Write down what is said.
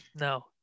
No